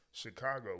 Chicago